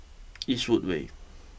Eastwood way